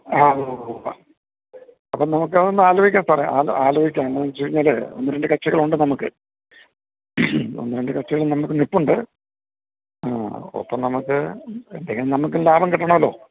ആ ഉവ്വുവ്വ്വ്വ് അപ്പോള് നമുക്കതൊന്നാലോചിക്കാം സാറേ ആലോചിക്കാം എന്താണെന്നുവച്ചുകഴിഞ്ഞാല് ഒന്നുരണ്ടു കക്ഷികളുണ്ട് നമ്മള്ക്ക് ഒന്നുരണ്ട് കക്ഷികള് നമ്മള്ക്കു നില്പ്പുണ്ട് ആ ഒപ്പം നമ്മള്ക്ക് എന്തേലും നമുക്കും ലാഭം കിട്ടണമല്ലോ